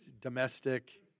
domestic